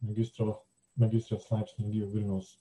magistro magistrės laipsnį įgijo vilniaus